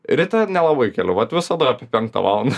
ryte nelabai keliu vat visada apie penktą valandą